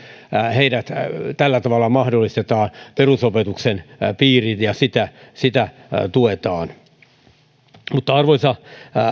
heidät tällä tavalla mahdollistetaan perusopetuksen piiriin ja sitä sitä tuetaan arvoisa